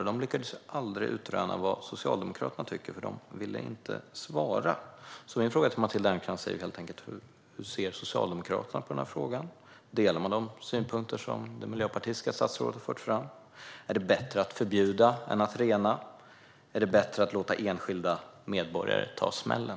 Man lyckades aldrig utröna vad Socialdemokraterna tycker, eftersom de inte ville svara. Så min fråga till Matilda Ernkrans är helt enkelt: Hur ser Socialdemokraterna på den här frågan? Delar man de synpunkter som det miljöpartistiska statsrådet har fört fram? Är det bättre att förbjuda än att rena? Är det bättre att låta enskilda medborgare ta smällen?